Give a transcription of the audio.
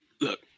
Look